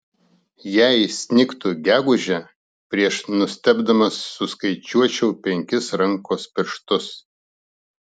jei snigtų gegužę prieš nustebdamas suskaičiuočiau penkis rankos pirštus